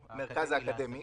האקדמי.